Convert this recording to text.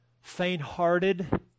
faint-hearted